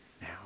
now